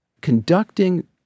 conducting